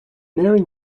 nearing